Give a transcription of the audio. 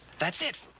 that's it.